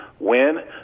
win